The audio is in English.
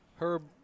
Herb